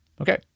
Okay